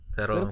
Pero